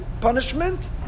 punishment